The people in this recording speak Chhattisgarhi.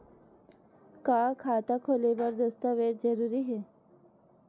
का खाता खोले बर दस्तावेज जरूरी हे?